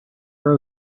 are